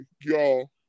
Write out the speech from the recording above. y'all